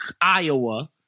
Iowa